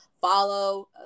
follow